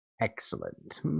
Excellent